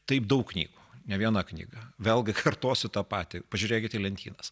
taip daug knygų ne viena knyga vėlgi kartosiu tą patį pažiūrėkit į lentynas